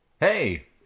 Hey